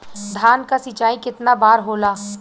धान क सिंचाई कितना बार होला?